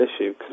issue